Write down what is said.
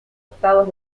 octavos